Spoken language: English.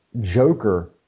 Joker